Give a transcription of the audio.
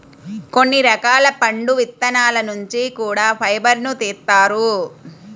కొన్ని రకాల పండు విత్తనాల నుంచి కూడా ఫైబర్ను తీత్తారు